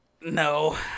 No